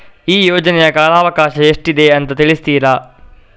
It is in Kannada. ಈ ಯೋಜನೆಯ ಕಾಲವಕಾಶ ಎಷ್ಟಿದೆ ಅಂತ ತಿಳಿಸ್ತೀರಾ?